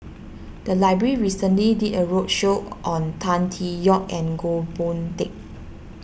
the library recently did a roadshow on Tan Tee Yoke and Goh Boon Teck